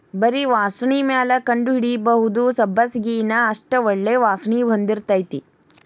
ಬರಿ ವಾಸ್ಣಿಮ್ಯಾಲ ಕಂಡಹಿಡಿಬಹುದ ಸಬ್ಬಸಗಿನಾ ಅಷ್ಟ ಒಳ್ಳೆ ವಾಸ್ಣಿ ಹೊಂದಿರ್ತೈತಿ